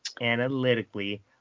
analytically